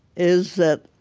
is that